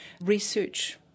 research